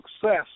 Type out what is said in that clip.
success